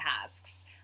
tasks